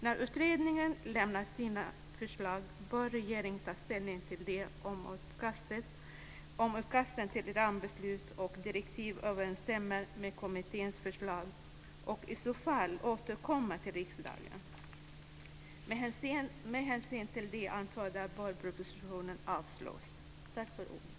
När utredningen har lämnat sina förslag bör regeringen ta ställning till om utkasten till rambeslut och direktiv överensstämmer med kommitténs förslag och i så fall återkomma till riksdagen. Med hänsyn till det anförda bör propositionen avslås. Tack för ordet!